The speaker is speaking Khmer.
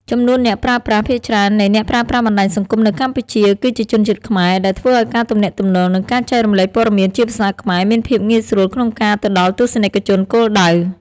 ចំនួនអ្នកប្រើប្រាស់ ភាគច្រើននៃអ្នកប្រើប្រាស់បណ្ដាញសង្គមនៅកម្ពុជា គឺជាជនជាតិខ្មែរ ដែលធ្វើឲ្យការទំនាក់ទំនង និងការចែករំលែកព័ត៌មានជាភាសាខ្មែរមានភាពងាយស្រួលក្នុងការទៅដល់ទស្សនិកជនគោលដៅ។